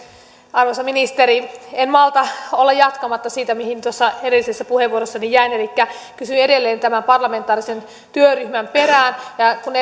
arvoisa ministeri en malta olla jatkamatta siitä mihin edellisessä puheenvuorossani jäin elikkä kysyn edelleen tämän parlamentaarisen työryhmän perään ja kun